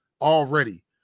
already